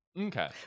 Okay